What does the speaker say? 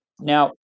Now